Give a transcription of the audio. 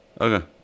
Okay